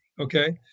Okay